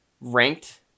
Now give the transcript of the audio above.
ranked